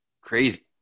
crazy